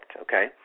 okay